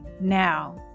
now